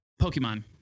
Pokemon